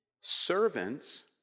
servants